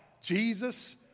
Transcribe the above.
Jesus